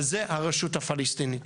וזה הרשות הפלסטינית,